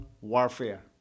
warfare